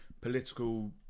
political